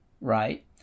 right